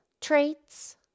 traits